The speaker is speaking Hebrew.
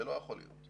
זה לא יכול להיות.